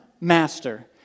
master